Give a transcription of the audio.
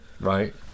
Right